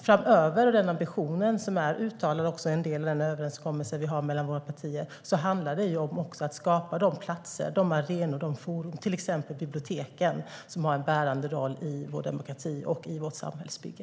Framöver är ambitionen, som är uttalad och även en del i den överenskommelse vi har mellan våra partier, att skapa de platser, arenor och forum - till exempel biblioteken - som har en bärande roll i vår demokrati och i vårt samhällsbygge.